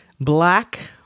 black